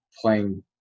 playing